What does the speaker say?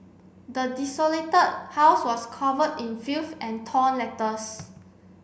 the desolated house was covered in filth and torn letters